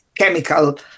chemical